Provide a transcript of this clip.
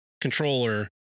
controller